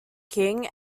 king